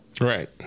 Right